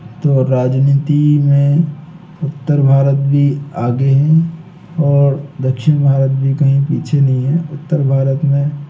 तो राजनीति में उत्तर भारत भी आगे हैं और दक्षिण भारत भी कहीं पीछे नहीं है उत्तर भारत में